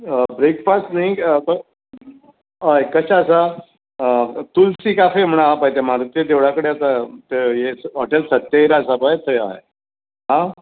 breakfast न्ही अ खंय हय कशें आसा तुलसी कॅफे म्हण आहा पळय तें मारुतीच्या देवळा कडेन तें हॉटेल सत्यहिरा आसा पळय थंय हय आं